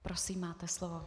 Prosím, máte slovo.